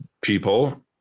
people